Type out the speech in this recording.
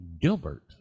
Gilbert